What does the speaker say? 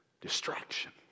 Distraction